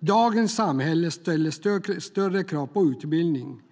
Dagens samhälle ställer större krav på utbildning.